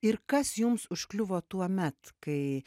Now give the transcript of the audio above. ir kas jums užkliuvo tuomet kai